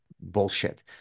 bullshit